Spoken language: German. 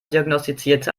diagnostizierte